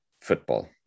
football